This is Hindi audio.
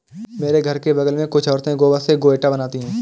मेरे घर के बगल में कुछ औरतें गोबर से गोइठा बनाती है